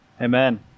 Amen